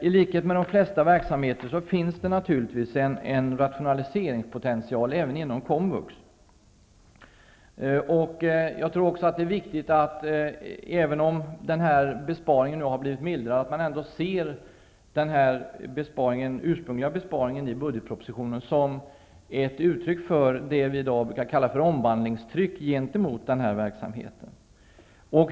I likhet med inom de flesta verksamheter finns det naturligtvis en rationaliseringspotential även inom komvux. Jag tror också att det är viktigt, även om besparingen har mildrats, att man ser den ursprungliga besparingen i budgetpropositionen som ett uttryck för det vi i dag brukar kalla för omvandlingstryck gentemot den här verksamheten.